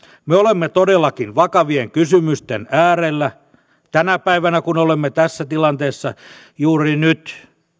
me olemme todellakin vakavien kysymysten äärellä tänä päivänä kun olemme tässä tilanteessa juuri nyt